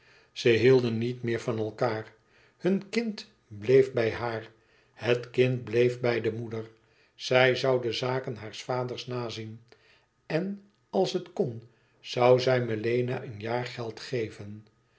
ze hielden niet meer van elkaâr hun kind bleef bij haar het kind bleef bij de moeder zij zoû de zaken haars vaders nazien en als het kon zoû zij melena een jaargeld geven